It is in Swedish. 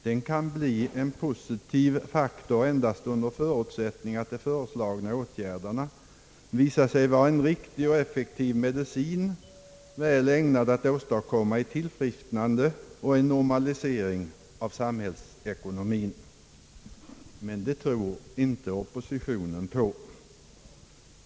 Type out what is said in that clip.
Den kan bli en positiv faktor endast under förutsättning att de föreslagna åtgärderna visar sig vara en riktig och effektiv medicin, väl ägnad att åstadkomma ett tillfrisknande och en normalisering av samhällsekonomien. Men det tror inte oppositionen på.